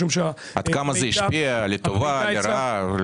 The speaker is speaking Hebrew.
עד כמה זה השפיע לטובה או לרעה?